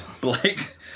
Blake